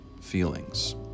feelings